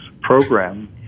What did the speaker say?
program